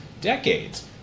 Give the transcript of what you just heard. decades